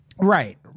Right